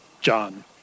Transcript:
John